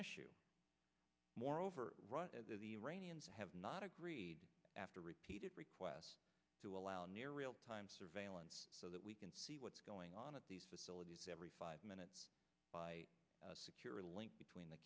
issue moreover the iranians have not agreed after repeated requests to allow near real time surveillance so that we can see what's going on at these facilities every five minutes a secure link between the